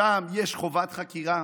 שם יש חובת חקירה.